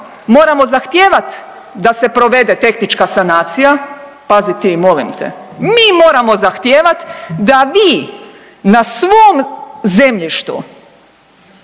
moramo zahtijevat da se provede tehnička sanacija, pazit ti molim te, mi moramo zahtijevat da vi na svom zemljištu